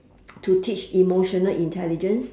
to teach emotional intelligence